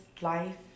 life